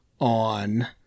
on